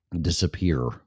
disappear